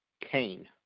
Kane